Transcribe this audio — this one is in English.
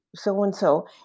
so-and-so